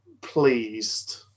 pleased